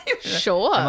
Sure